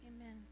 Amen